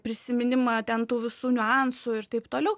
prisiminimą ten tų visų niuansų ir taip toliau